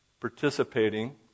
participating